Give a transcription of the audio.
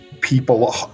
people